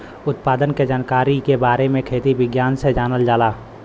उत्पादन के जानकारी के बारे में खेती विज्ञान से जानल जाला